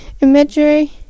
imagery